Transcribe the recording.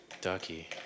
Ducky